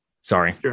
Sorry